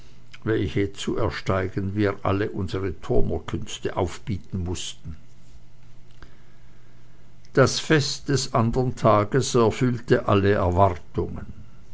welche zu ersteigen wir alle unsere turnerkünste aufbieten mußten das fest des andern tages erfüllte alle erwartungen